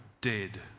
dead